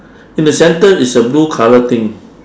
in the centre is a blue colour thing